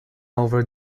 over